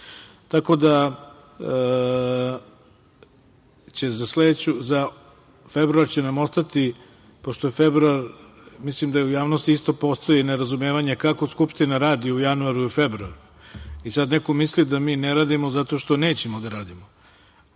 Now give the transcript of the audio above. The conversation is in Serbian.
da će nam za februar ostati, pošto je februar, mislim da u javnosti isto postoji nerazumevanje kako Skupština radi u januaru i februaru. I sada neko misli da mi ne radimo zato što nećemo da radimo.